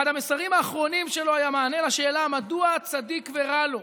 אחד המסרים האחרונים שלו היה מענה על השאלה מדוע צדיק ורע לו.